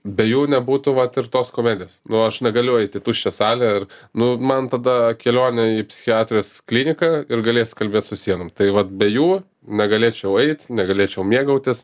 be jų nebūtų vat ir tos komedijos nu aš negaliu eit į tuščią salę ar nu man tada kelionė į psichiatrijos kliniką ir galėsiu kalbėt su sienom tai vat be jų negalėčiau eit negalėčiau mėgautis